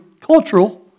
cultural